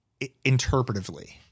interpretively